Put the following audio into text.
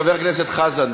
חבר הכנסת חזן,